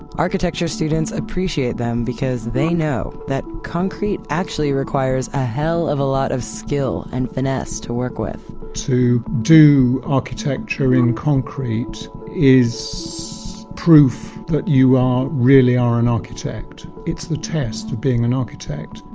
architecture students appreciate them because they know that concrete actually requires a hell of a lot of skill and finesse to work with to do architecture in concrete is proof that you are really are an architect. it's the test of being an architect